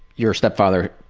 your step-father